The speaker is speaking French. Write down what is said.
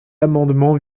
amendement